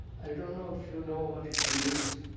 i don't know if you know what it means